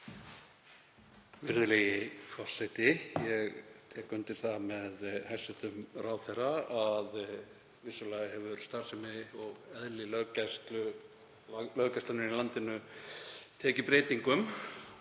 Virðulegi forseti. Ég tek undir það með hæstv. ráðherra að vissulega hefur starfsemi og eðli löggæslunnar í landinu tekið breytingum.